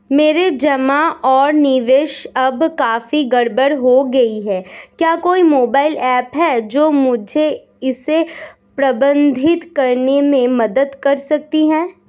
मेरे जमा और निवेश अब काफी गड़बड़ हो गए हैं क्या कोई मोबाइल ऐप है जो मुझे इसे प्रबंधित करने में मदद कर सकती है?